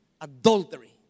Adultery